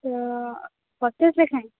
ତ ପଚାଶ ଲେଖାଏଁ